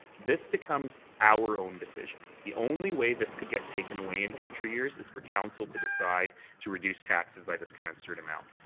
this becomes our own decision. the only way this could get taken away in future years is for council to decide to reduce taxes by this commensurate amount.